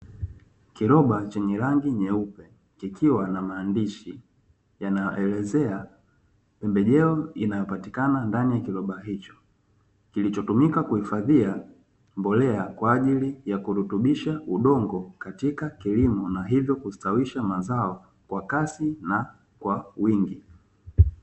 Kiloba chenye rangi nyeusi ikiwa na maandishi yanaelezea pembejeo inayopatikana ndani ya kiloba hicho, kilichotumika kuhifadhia mbolea kwa ajili ya kurutubisha udongo katika kilimo na hivyo kustawisha mazao kwa kasi na kwa wingi.